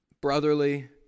Brotherly